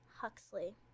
Huxley